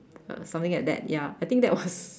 uh something like that ya I think that was